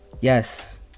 yes